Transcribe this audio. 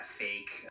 fake